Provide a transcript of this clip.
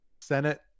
Senate